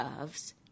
curves